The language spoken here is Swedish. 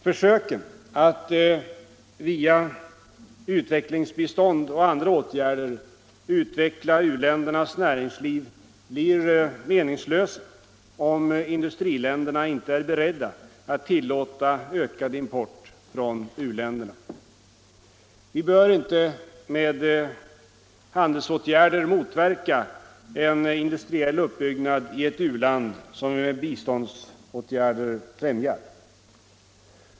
Försöken att via utvecklingsbistånd och andra åtgärder utveckla uländernas näringsliv blir meningslösa om industriländerna inte är beredda att tillåta ökad import från u-länderna. Vi bör inte med handelsåtgärder motverka en industriell uppbyggnad i ett u-land som vi med biståndsåtgärder främjar.